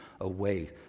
away